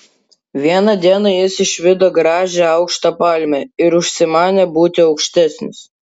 vieną dieną jis išvydo gražią aukštą palmę ir užsimanė būti aukštesnis